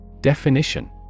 Definition